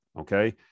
okay